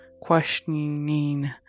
questioning